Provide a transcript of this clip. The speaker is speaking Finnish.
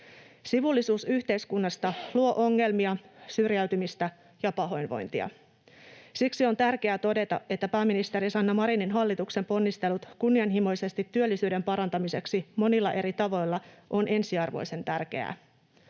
Sivullisuus yhteiskunnasta luo ongelmia, syrjäytymistä ja pahoinvointia. Siksi on tärkeää todeta, että pääministeri Sanna Marinin hallituksen ponnistelut kunnianhimoisesti työllisyyden parantamiseksi monilla eri tavoilla ovat ensiarvoisen tärkeitä.